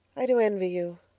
i do envy you,